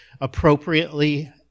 appropriately